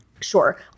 Sure